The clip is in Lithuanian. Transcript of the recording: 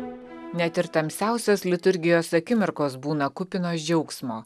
net ir tamsiausios liturgijos akimirkos būna kupinos džiaugsmo